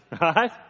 right